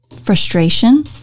frustration